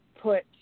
put